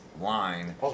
line